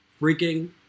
freaking